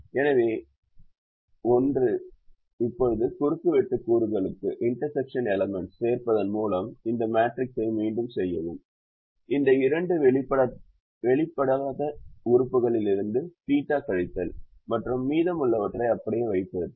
எனவே ஒன்று இப்போது குறுக்குவெட்டு கூறுகளுக்கு சேர்ப்பதன் மூலம் இந்த மேட்ரிக்ஸை மீண்டும் செய்யவும் இந்த இரண்டு வெளிப்படுத்தப்படாத உறுப்புகளிலிருந்து θ கழித்தல் மற்றும் மீதமுள்ளவற்றை அப்படியே வைத்திருத்தல்